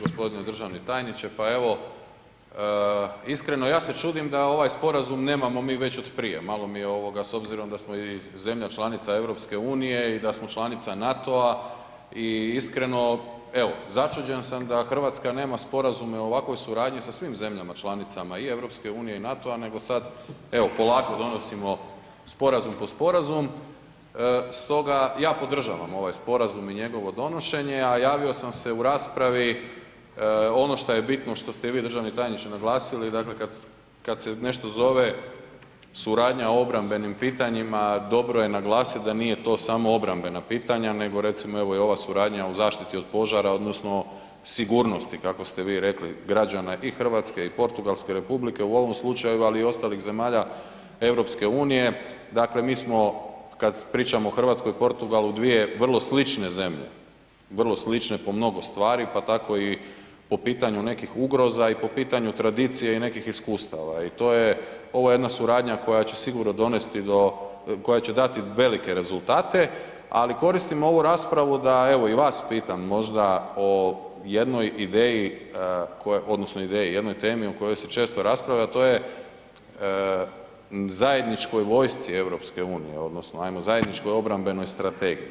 Gospodine državni tajniče, pa evo iskreno ja se čudim da ovaj sporazum nemamo već od prije, malo mi je ovoga s obzirom da smo i zemlja članica EU i da smo članica NATO-a i iskreno evo začuđen sam da Hrvatska nema sporazume o ovakvoj suradnji sa svim zemljama članicama i EU i NATO-a, nego sad evo polako donosimo sporazum po sporazum, stoga ja podržavam ovaj sporazum i njegovo donošenje, a javio sam se u raspravi ono što je bitno, što ste i vi državni tajniče naglasili, dakle kad se nešto zove suradnja o obrambenim pitanjima, dobro je naglasit da nije to samo obrambena pitanja, nego recimo evo i ova suradnja o zaštiti od požara odnosno sigurnosti kako ste vi rekli građana i RH i Portugalske republike u ovom slučaju, ali i ostalih zemalja EU, dakle mi smo, kad pričamo o RH i Portugalu, dvije vrlo slične zemlje, vrlo slične po mnogo stvari, pa tako i po pitanju nekih ugroza i po pitanju tradicije i nekih iskustava i to je, ovo je jedna suradnja koja će sigurno donesti do, koja će dati velike rezultate, ali koristim ovu raspravu da evo i vas pitam možda o jednoj ideji koja odnosno ideji, jednoj temi o kojoj se često raspravlja, a to je zajedničkoj vojsci EU odnosno ajmo zajedničkoj obrambenoj strategiji.